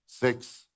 six